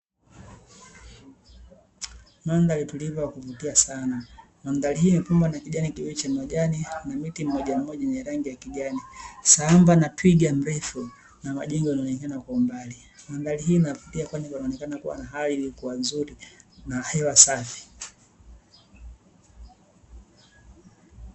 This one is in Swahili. Mandhari tulivu ya kuvutia sana, mandhari hiyo imepambwa na kijani kibichi ya majani na mti mmoja mmoja wenye rangi ya kijani, sambamba na twiga mrefu na majengo yanaonekana kwa mbali. Mandhari hii inavutia kwa ajili ya muonekano na hali iliyokuwa nzuri na hewa safi.